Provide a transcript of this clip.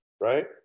right